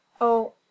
Oh